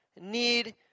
need